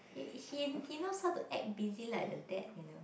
he he he knows how to act busy like the dad you know